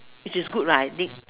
which is good lah I think